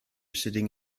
sitting